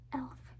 elf